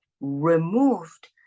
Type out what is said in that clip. removed